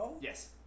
Yes